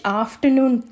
afternoon